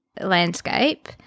landscape